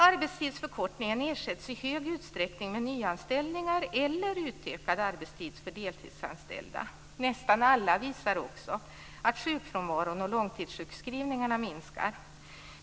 Arbetstidsförkortningen ersätts i stor utsträckning med nyanställningar eller utökad arbetstid för deltidsanställda. Nästan alla visar också att sjukfrånvaron och långtidssjuksskrivningarna minskar.